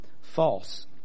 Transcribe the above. false